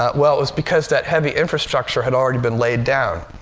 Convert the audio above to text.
ah well, it was because that heavy infrastructure had already been laid down.